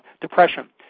depression